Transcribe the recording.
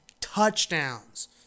touchdowns